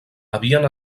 havien